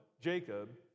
Jacob